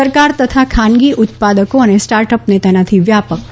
સરકાર તથા ખાનગી ઉત્પાદકો અને સ્ટાર્ટઅપને તેનાથી વ્યાપક તક મળે